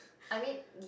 I mean